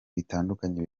bitandukanye